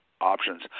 Options